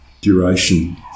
duration